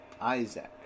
Isaac